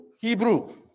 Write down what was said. Hebrew